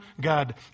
God